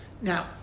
Now